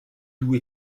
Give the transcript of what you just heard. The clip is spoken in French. doux